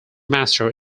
master